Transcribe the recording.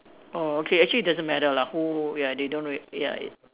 orh okay actually it doesn't really matter lah who ya they don't really ya